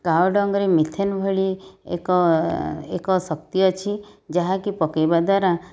କାଓଡ଼ଙ୍ଗରେ methane ଭଳି ଏକ ଏକ ଶକ୍ତି ଅଛି ଯାହାକି ପକାଇବା ଦ୍ଵାରା